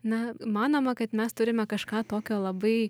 na manoma kad mes turime kažką tokio labai